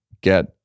get